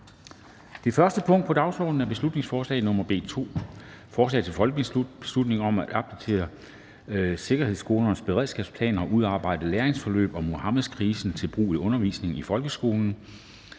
Det første punkt på dagsordenen er: 1) 1. behandling af beslutningsforslag nr. B 2: Forslag til folketingsbeslutning om at opdatere skolesikkerhedsberedskabsplanerne og udarbejde læringsforløb om Muhammedkrisen til brug i undervisningen i folkeskolen.